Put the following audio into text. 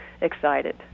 excited